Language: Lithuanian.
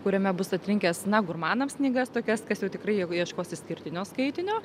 kuriame bus atrinkęs na gurmanams knygas tokias kas jau tikrai jeigu ieškos išskirtinio skaitinio